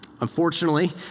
Unfortunately